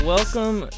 Welcome